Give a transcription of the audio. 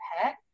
pet